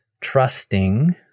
trusting